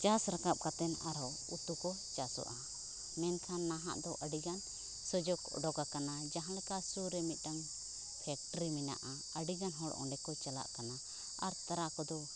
ᱪᱟᱥ ᱨᱟᱠᱟᱵ ᱠᱟᱛᱮᱱ ᱟᱨᱦᱚᱸ ᱩᱛᱩᱠᱚ ᱪᱟᱥᱚᱜᱼᱟ ᱢᱮᱱᱠᱷᱟᱱ ᱱᱟᱦᱟᱜᱫᱚ ᱟᱹᱰᱤᱜᱟᱱ ᱥᱩᱡᱳᱜᱽ ᱚᱰᱳᱠ ᱟᱠᱟᱱᱟ ᱡᱟᱦᱟᱸ ᱞᱮᱠᱟ ᱥᱩᱨ ᱨᱮ ᱢᱤᱫᱴᱟᱝ ᱯᱷᱮᱠᱴᱨᱤ ᱢᱮᱱᱟᱜᱼᱟ ᱟᱹᱰᱤᱜᱟᱱ ᱦᱚᱲ ᱚᱸᱰᱮᱠᱚ ᱪᱟᱞᱟᱜ ᱠᱟᱱᱟ ᱟᱨ ᱛᱟᱨᱟᱠᱚᱫᱚ